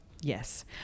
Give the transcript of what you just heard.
yes